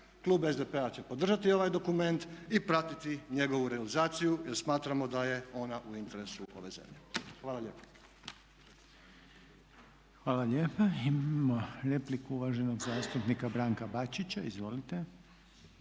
Klub SDP-a će podržati ovaj dokument i pratiti njegovu realizaciju jer smatramo da je ona u interesu ove zemlje. Hvala lijepa. **Reiner, Željko (HDZ)** Hvala lijepa. Imamo repliku uvaženog zastupnika Branka Bačića. Izvolite.